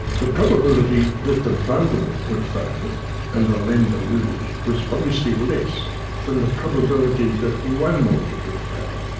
the probability that the bundle would fail and the lender lose was obviously less than the probability that one mortgage would fail,